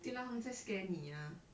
对啦他们在 scare 你啊